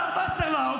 השר וסרלאוף,